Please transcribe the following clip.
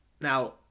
Now